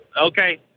Okay